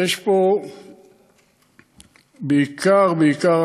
יש פה בעיקר בעיקר,